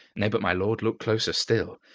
nay but, my lord, look closer still.